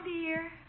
dear